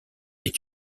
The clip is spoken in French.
est